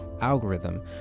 algorithm